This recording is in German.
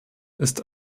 ist